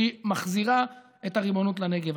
והיא מחזירה את הריבונות לנגב.